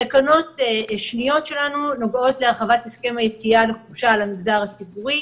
תקנות שניות שלנו נוגעות להרחבת הסכם היציאה לחופשה על המגזר הציבורי.